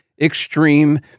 extreme